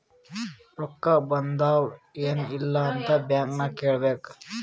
ರೊಕ್ಕಾ ಬಂದಾವ್ ಎನ್ ಇಲ್ಲ ಅಂತ ಬ್ಯಾಂಕ್ ನಾಗ್ ಕೇಳಬೇಕ್